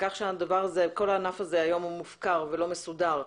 כך שכל הענף הזה היום מופקר ולא מסודר,